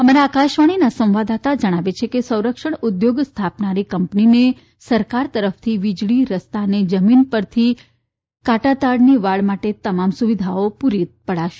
અમારા આકાશવાણીના સંવાદદાતા જણાવે છે કે સંરક્ષણ ઉદ્યોગ સ્થાપનારી કંપનીને સરકાર તરફથી વિજળી રસ્તા અને જમીન પરથી કાટાતાડની વાડ માટે પણ તમામ સુવિધાઓ પુરી પાડશે